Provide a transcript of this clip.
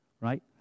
right